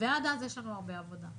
ועד אז יש לנו הרבה עבודה.